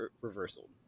reversal